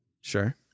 Sure